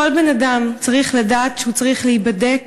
כל בן-אדם צריך לדעת שהוא צריך להיבדק,